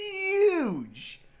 Huge